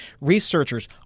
researchers